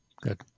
Good